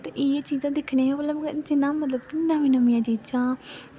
ते एह् चीजां दिक्खने आह्लियां जि'यां मतलब नमीं नमीं चीजां